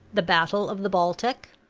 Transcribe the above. the battle of the baltic,